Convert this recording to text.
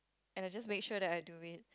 and I just make sure that I do it